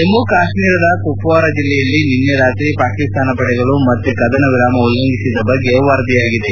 ಜಮ್ಮು ಕಾಶ್ಮೀರದ ಕುಪ್ವಾರ ಜಿಲ್ಲೆಯಲ್ಲಿ ನಿನ್ನೆ ರಾತ್ರಿ ಪಾಕಿಸ್ತಾನದ ಪಡೆಗಳು ಮತ್ತೆ ಕದನ ವಿರಾಮ ಉಲ್ಲಂಘಿಸಿದ ಬಗ್ಗೆ ವರದಿಯಾಗಿದೆ